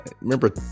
Remember